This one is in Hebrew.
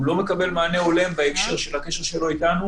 הוא לא מקבל מענה הולם בהקשר של הקשר אתנו